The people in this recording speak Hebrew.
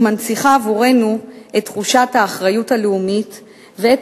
ומנציחה עבורנו את תחושת האחריות הלאומית ואת